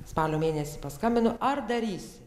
spalio mėnesį paskambino ar darysi